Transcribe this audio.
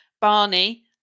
barney